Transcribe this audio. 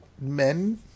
men